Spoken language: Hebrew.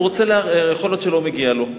הוא רוצה לערער, יכול להיות שלא מגיע לו.